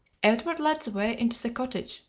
edward led the way into the cottage,